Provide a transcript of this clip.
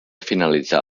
finalitzar